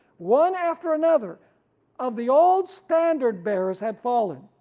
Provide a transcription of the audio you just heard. one after another of the old standard bearers had fallen,